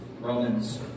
Romans